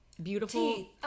Beautiful